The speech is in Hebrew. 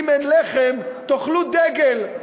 אם אין לחם, תאכלו דגל,